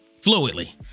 fluidly